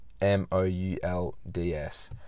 M-O-U-L-D-S